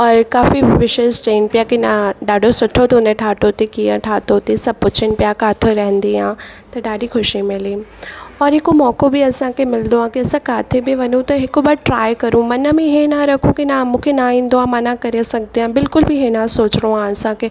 और काफ़ी विशेष चईनि पिया कि न ॾाढो सुठो तूने ठाहियो अथई कीअं ठाहियो अथई सभु पुछियुनि पिया किथां रहंदी आहे त ॾाढी ख़ुशी मिली और हिकु मौक़ो बि असां खे मिलंदो आहे कि असां किथे बि वञू त हिक बार ट्राए करूं मन में हे न रखूं कि न मूंखे न ईंदो आहे मां न करे सघंदी हुयमि बिल्कुल बि हे न सोचिणो आहे असांखे